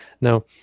Now